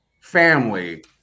family